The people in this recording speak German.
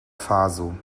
faso